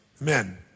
Men